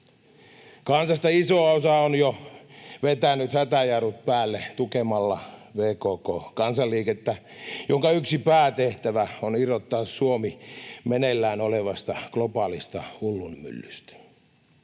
Kansasta iso osa on jo vetänyt hätäjarrut päälle tukemalla VKK-kansanliikettä, jonka yksi päätehtävä on irrottaa Suomi meneillään olevasta globaalista hullunmyllystä.